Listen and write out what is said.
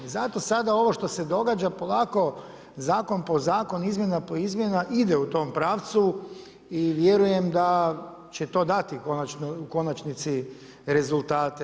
I zato sada ovo što se događa polako zakon po zakon, izmjena po izmjena ide u tom pravcu i vjerujem da će to dati u konačnici rezultate.